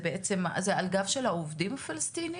זה על הגב של העובדים הפלסטינים?